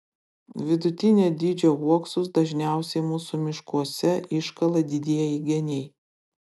vidutinio dydžio uoksus dažniausiai mūsų miškuose iškala didieji geniai